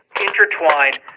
intertwined